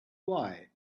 why